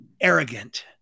arrogant